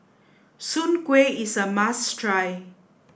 soon kway is a must try